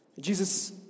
Jesus